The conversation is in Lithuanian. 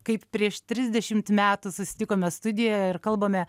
kaip prieš trisdešimt metų susitikome studijoje ir kalbame